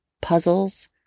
puzzles